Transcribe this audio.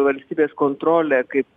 valstybės kontrolė kaip